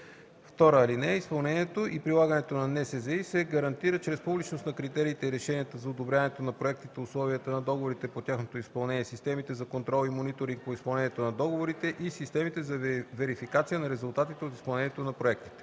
отчетност. (2) Изпълнението и прилагането на НСЗИ се гарантира чрез публичност на критериите и решенията за одобряването на проектите, условията на договорите по тяхното изпълнение, системите за контрол и мониторинг по изпълнението на договорите и системите за верификация на резултатите от изпълнението на проектите.”